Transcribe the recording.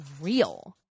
real